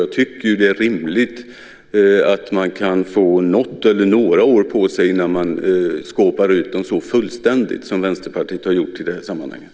Jag tycker att det är rimligt att myndigheten kan få något eller några år på sig innan man skåpar ut dem så fullständigt som Vänsterpartiet har gjort i det här sammanhanget.